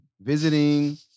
visiting